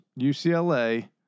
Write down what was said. UCLA